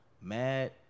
mad